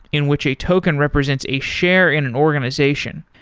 in which a token represents a share in an organization.